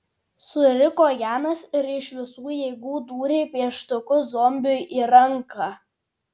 suriko janas ir iš visų jėgų dūrė pieštuku zombiui į ranką